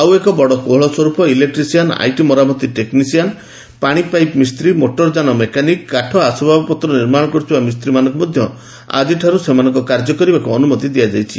ଆଉ ଏକ ବଡ଼ କୋହଳ ସ୍ୱରୂପ ଇଲେକ୍ଟ୍ରିସିଆନ୍ ଆଇଟି ମରାମତି ଟେକ୍ସିଆନ୍ ପାଣିପାଇପ ମିସ୍ତ୍ରୀ ମୋଟରଯାନ ମେକାନିକ୍ କାଠ ଆସବାବପତ୍ର ନିର୍ମାଣ କରୁଥିବା ମିସ୍ତ୍ରାମାନଙ୍କୁ ମଧ୍ୟ ଆଜିଠାରୁ ସେମାନଙ୍କ କାର୍ଯ୍ୟ କରିବାକୁ ଅନୁମତି ଦିଆଯାଇଛି